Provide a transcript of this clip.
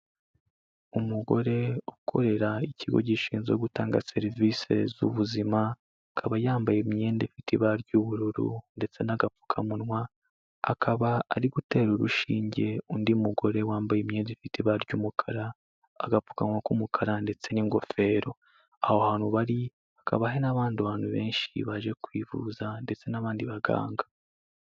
Umugore ukorera ikigo gishinzwe gutanga serivise z'ubuzima, akaba yambaye imyenda ifite ibara ry'ubururu ndetse n'agapfukamunwa, akaba ari gutera urushinge undi mugore wambaye imyenda ifite ibara ry'umukara, agapfukama k'umukara ndetse n'ingofero. aAho hantu bari, hakaba hari n'abandi bantu benshi baje kwivuza ndetse n'abandi baganga.